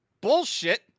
Bullshit